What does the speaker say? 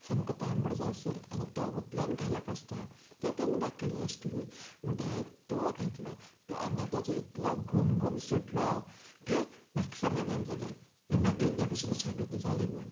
सामको तांबडो जायसर आनी तो उतल्यान घालप आसता तें तेणी दाखयसे नासले म्हणटगीर हावें तो घातलो तेन्ना तेजो इतलो घमघम सुटलो की म्हाका समाधान जाले हे म्हागेल्या बशेन शागोती जाली म्हूण